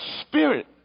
spirit